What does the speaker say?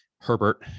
Herbert